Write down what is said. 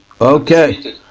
Okay